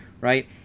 right